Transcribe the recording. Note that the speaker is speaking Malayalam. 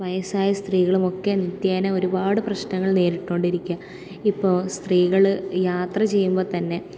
വയസ്സായ സ്ത്രീകളുമൊക്കെ നിത്യേന ഒരുപാട് പ്രശ്നങ്ങൾ നേരിട്ടുകൊണ്ടിരിക്കുകയാണ് ഇപ്പോൾ സ്ത്രീകള് യാത്ര ചെയ്യുമ്പോൾ തന്നെ